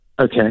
Okay